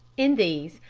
in these,